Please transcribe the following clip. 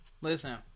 listen